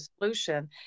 solution